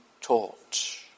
taught